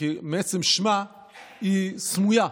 מעצם שמה היא סמויה,